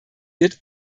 wird